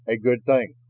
a good thing.